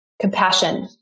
compassion